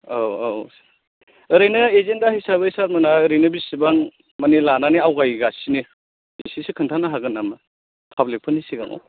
औ औ ओरैनो एजेनदा हिसाबै सार मोनहा ओरैनो बेसेबां माने लानानै आवगायगासिनो एसेसो खिन्थानो हागोन नामा पाब्लिक फोरनि सिगाङाव